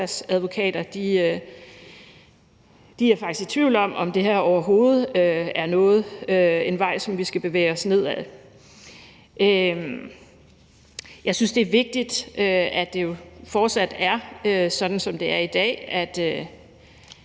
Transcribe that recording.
er faktisk i tvivl om, om det her overhovedet er en vej, som vi skal bevæge os nedad. Jeg synes, det er vigtigt, at det fortsat er sådan, som det er i dag,